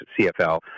CFL